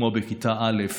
כמו בכיתה א',